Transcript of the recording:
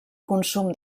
consum